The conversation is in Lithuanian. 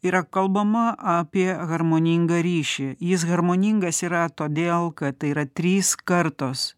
yra kalbama apie harmoningą ryšį jis harmoningas yra todėl kad tai yra trys kartos